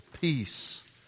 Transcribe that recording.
peace